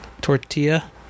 Tortilla